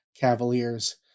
Cavaliers